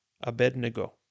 Abednego